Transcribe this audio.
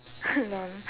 LOL